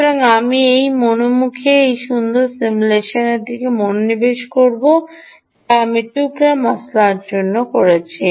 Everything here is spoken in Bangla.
সুতরাং আমি এই মনোমুখে এই সুন্দর সিমুলেশনটির দিকে মনোনিবেশ করি যা আমি small spice জন্য করেছি